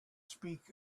speak